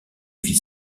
vie